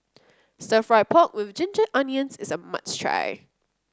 stir fry pork with Ginger Onions is a must try